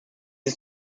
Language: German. ist